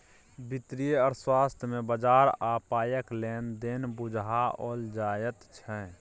वित्तीय अर्थशास्त्र मे बजार आ पायक लेन देन बुझाओल जाइत छै